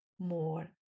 more